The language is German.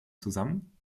zusammen